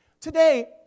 Today